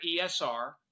ESR